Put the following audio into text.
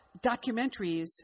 documentaries